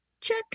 Check